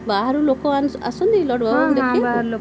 ବାହାରୁ ଲୋକ ଆସନ୍ତି ଲଡ଼ୁବାବାଙ୍କୁ ଦେଖିବାକୁ